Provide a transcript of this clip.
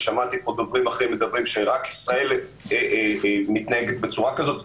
ושמעתי פה דוברים שאומרים שרק ישראל מתנהגת בצורה כזאת,